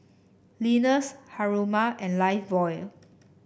Lenas Haruma and Lifebuoy